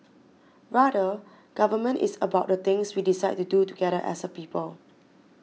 rather government is about the things we decide to do together as a people